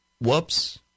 Whoops